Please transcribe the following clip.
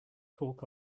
talk